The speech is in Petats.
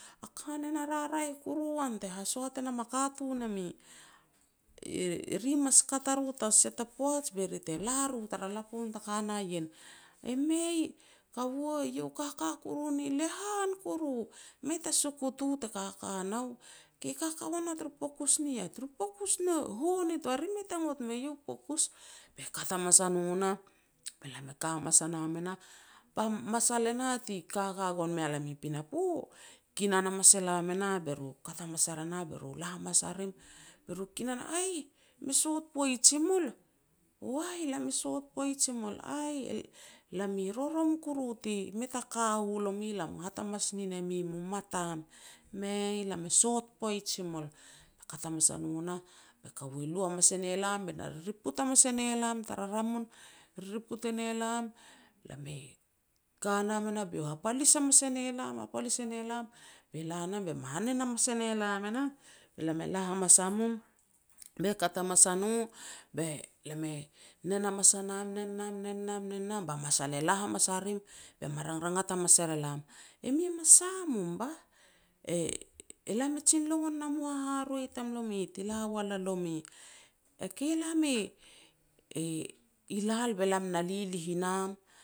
a kanen a raraeh kuru uan te hasoat e nam a katun e mi, eri mas kat a ro tan ta sia ta poaj be ri te la ro tara lapun te ka na ien. "E mei kaua, eiau e kaka kuru ni lehan kuru, mei ta sukut u te kaka nau. Ke kaka ua na turu pokus ni yah. U pokus ne heh nitoa, ri mei ta ngot me iau u pokus. Be kat hamas a no nah, be lam e ka hamas a nam e nah, ba masal e nah ti kaka gon mealam i pinapo kinan hamas elam e nah be ru kat hamas ar e nah be ru la hamas a rim, be ru, "Aih, me sot poaj i mul", "wai lam e sot poaj i mul", "lam i rorom kuru ti mei taka u lom, lam i hat hama nin e mi mat am", "mei lam e sot poaj i mul." Be kat hamas a no nah, be kaua lu hamas e ne lam, be na ririput hamas e ne lam, tara ramun ririput e ne lam. Be lam e ka nam e nah be iau e hapalis hamas e ne lam, hapalis e ne lam, be la nam be me hanen hamas e ne lam e nah, be lam e la hamas a mum, be kat hamas a no be lam e nen hamas a nam nen nam nen nam nen nam ba masal e la hamas a rim be me ranrangat hamas er e lam, "E mi yam me sa mum bah, elam e jin longon nam u haharoi tamlomi, ti la wal a lomi", "Ke lam i lal be lam na lilih i nam."